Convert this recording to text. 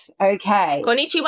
Okay